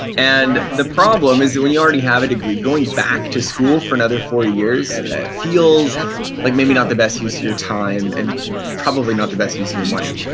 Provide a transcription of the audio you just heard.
and the problem is that when you already have a degree, going back to school for another four years feels like maybe not the best use of your time and probably not the best use of your money.